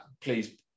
please